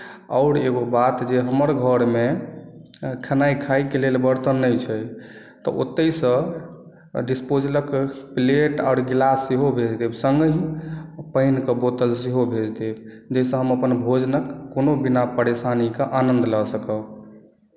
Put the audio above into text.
आओर एगो बात जे हमर घरमे खेनाई खाएकेँ लेल बर्तन नहि छै तऽ ओतैसँ डिस्पोजल क प्लेट आओर गिलास सेहो भेज देब सङ्गहि पानिक बोतल सेहो भेज देब जाहिसँ हम अपन भोजनक कोनो बिना परेशानीके आनन्द लऽ सकब